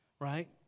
right